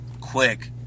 quick